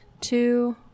two